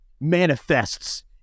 manifests